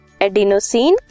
adenosine